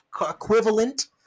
equivalent